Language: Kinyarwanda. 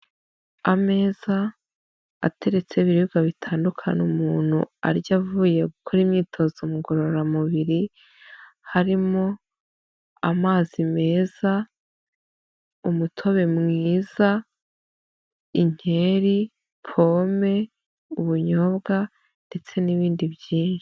Ameza ateretseho ibiribwa bitandu umuntu arya avuye gukora imyitozo ngororamubiri, harimo amazi meza, umutobe mwiza, inkeri, pome, ubunyobwa ndetse n'ibindi byinshi.